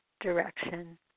direction